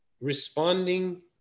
responding